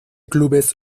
clubes